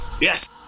yes